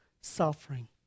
suffering